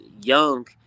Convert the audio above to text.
young